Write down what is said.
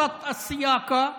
בייחוד ביישובים שלנו,